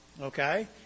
okay